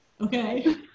Okay